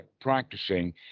practicing